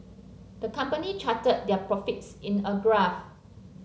the company charted their profits in a graph